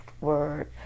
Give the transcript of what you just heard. word